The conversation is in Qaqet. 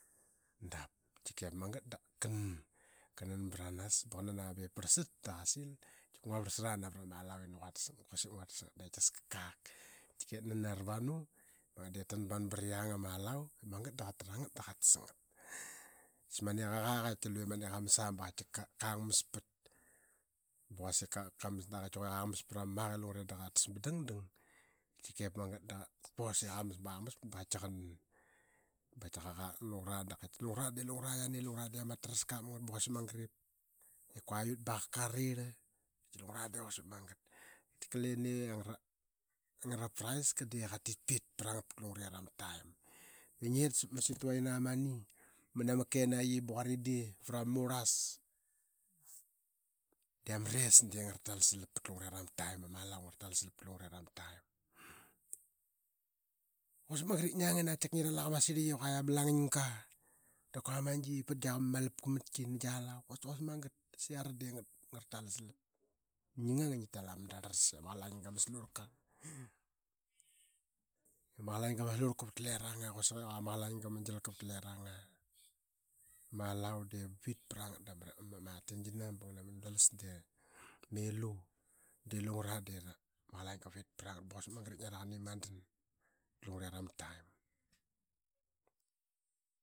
Dap. Tika ip magat daqa nan branas ba qa nan branas aa ba ip parlsat da qa sil ma tika ngua tas ngat dii qatkias ka kak. Tika ip nani navavanu i vanban pra yang ama alua ba ip ta nin mangat da ra ninyang dii qa tra ngat da qa tas ngat. Katias mani qaqak aa i luyye mani qa mas aa ba qatika qa mas pat dii qatika qang. as para maka i da qa tas ba dangdang na qa. Tika ip magat da qa pos pra nas aa ba qati qa nan. Dii qati qa qak na lungura i qati lungura di ngara yiani i amas tras kap ngat ba quasik magat ip kua ut ba qak karir. Tika lungura pit pat lungurera ma taim. I ingit sap ma situa qina mani mana ma kenayi ba quridivra ma murlas dii amas res dii ngara tal salap pat lungera ma taim i ama alau dii ngara tal salap pat lungurera ma taim. Quasik magat ip ngiang iqua ngi ral a qama sirliqi i qua ama langangia dap kuayia qaima qasna pat gia qa ma malapka da rarlan nama alau. Qati quasik magat i iara dii qaki ngara tal slap. Ngi ngang i ngi tal ama darlarlas i ama qalanga ma slurlka i ama qalanga ma slurlka vat leranga quasik i ama qalanga ma gialka vat lareng. Ama alau dii vavit pra ngat dap ama atin gina ngana ma noodles dap kua yiama ilu du siku lungura di amas qalanga vavit pra ngat pat lungurera ma taim Quasik magat ip ngiara qani madan pat lungurera ma taim.